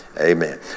Amen